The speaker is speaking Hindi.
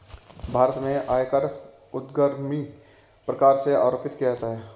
भारत में आयकर ऊर्ध्वगामी प्रकार से आरोपित किया जाता है